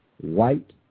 white